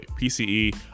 PCE